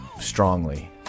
strongly